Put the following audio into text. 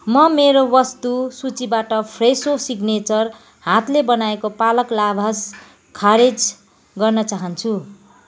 म मेरो वस्तु सूचीबाट फ्रेसो सिग्नेचर हातले बनाएको पालक लाभास खारेज गर्न चाहन्छु